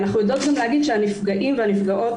אנחנו גם יודעות להגיד שהנפגעים והנפגעות